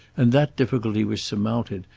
and that difficulty was surmounted,